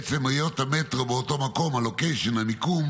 בעצם היות המטרו באותו מקום, הלוקיישן, המיקום